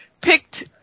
picked